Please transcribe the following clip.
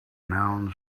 nouns